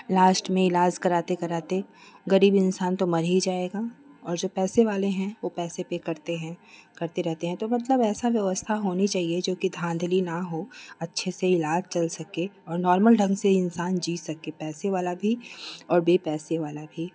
last में ईलाज कराते कराते गरीब इंसान तो मर ही जाएगा और जो पैसे वाले हैं वो पैसे पे करते हैं करते रहते हैं तो मतलब ऐसा व्यवस्था होना चाहिए की जोकि धाँधली ना हो अच्छे से ईलाज चल सके और नोर्मल ढंग से इंसान जी सके पैसे वाला भी और बे पैसे वाला भी